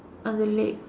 on the leg